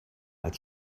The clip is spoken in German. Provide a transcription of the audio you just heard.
als